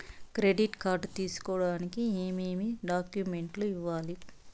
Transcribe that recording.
credit card తీసుకోడానికి ఏమేమి డాక్యుమెంట్లు ఇవ్వాలి